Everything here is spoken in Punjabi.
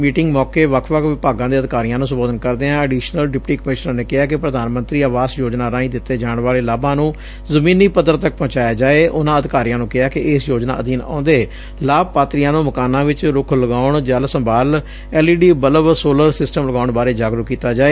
ਮੀਟਿੰਗ ਮੌਕੇ ਵੱਖ ਵੱਖ ਵਿਭਾਗਾਂ ਦੇ ਅਧਿਕਾਰੀਆਂ ਨੂੰ ਸੰਬੋਧਨ ਕਰਦਿਆਂ ਅਡੀਸ਼ਨਲ ਡਿਪਟੀ ਕਮਿਸ਼ਨਰ ਨੇ ਕਿਹਾ ਕਿ ਪ੍ਰਧਾਨ ਮੰਤਰੀ ਆਵਾਸ ਯੋਜਨਾ ਰਾਹੀ ਉਨ੍ਹਾਂ ਅਧਿਕਾਰੀਆਂ ਨੂੰ ਕਿਹਾ ਕਿ ਇਸ ਯੋਜਨਾ ਅਧੀਨ ਆਉਂਦੇ ਲਾਭਪਾਤਰੀਆਂ ਨੂੰ ਮਕਾਨਾਂ ਵਿਚ ਰੁੱਖ ਲਗਾਉਣ ਜਲ ਸੰਭਾਲ ਐਲਈਡੀ ਬਲਬ ਸੋਲਰ ਸਿਸਟਮ ਲਗਾਉਣ ਬਾਰੇ ਜਾਗਰੂਕ ਕੀਤਾ ਜਾਵੇ